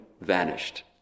vanished